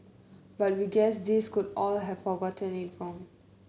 but we guess these could all have forgotten it wrong